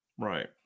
Right